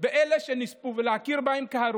השר אלקין ניסה לומר כך,